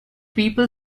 people